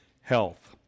health